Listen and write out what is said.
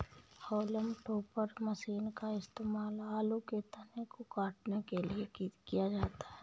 haulm topper machine का इस्तेमाल आलू के तने को काटने के लिए किया जाता है